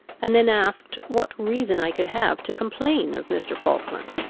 and then asked what reason i could have to complain of mr. falkland?